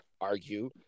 argue